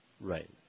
Right